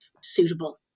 suitable